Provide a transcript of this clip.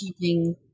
keeping